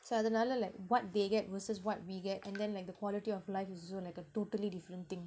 so அதுனால:athunaala like what they get versus what we get and then like the quality of life is also like a totally different thing